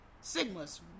Sigma's